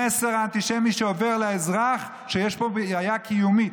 המסר האנטישמי שעובר לאזרח הוא שיש פה בעיה קיומית,